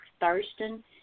Thurston